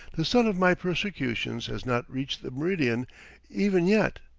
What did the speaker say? the sun of my persecutions has not reached the meridian even yet.